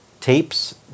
tapes